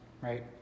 right